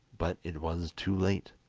but it was too late.